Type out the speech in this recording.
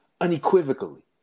unequivocally